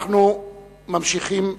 אנחנו ממשיכים בסדר-היום.